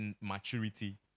maturity